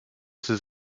ses